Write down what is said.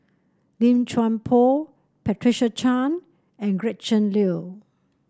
Lim Chuan Poh Patricia Chan and Gretchen Liu